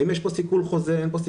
האם יש פה סיכול חוזה או לא.